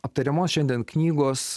aptariamos šiandien knygos